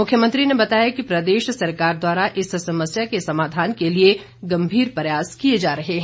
मुख्यमंत्री ने बताया कि प्रदेश सरकार द्वारा इस समस्या के समाधान के लिए गंभीर प्रयास किए जा रहे हैं